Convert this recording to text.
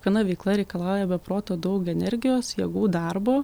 viena veikla reikalauja be proto daug energijos jėgų darbo